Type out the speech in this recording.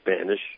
Spanish